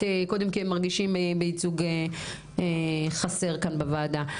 קודם כי הם מרגישים בייצוג חסר כאן בוועדה.